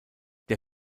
der